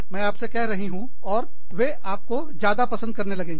मैं आपसे कह रही हूँ और वे आपको ज्यादा पसंद करने लगेंगे